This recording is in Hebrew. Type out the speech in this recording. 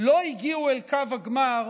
לא הגיעו אל קו הגמר